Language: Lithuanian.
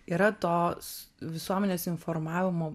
yra tos visuomenės informavimo